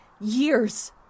years